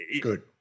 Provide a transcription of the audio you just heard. Good